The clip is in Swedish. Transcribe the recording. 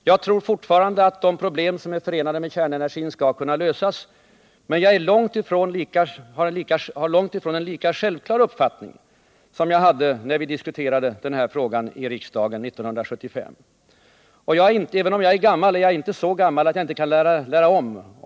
Jag tror fortfarande att de problem som är förenade med kärnenergin skall kunna lösas, men jag har långt ifrån en lika självklar uppfattning som jag hade när vi diskuterade denna fråga i riksdagen 1975. Även om jag är gammal, är jag inte så gammal att jag inte kan lära om.